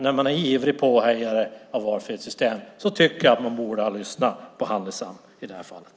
När man är ivrig påhejare av valfrihetssystem tycker jag att man borde ha lyssnat på Handisam i det här fallet.